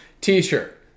T-shirt